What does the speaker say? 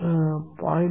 0